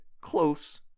close